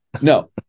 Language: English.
No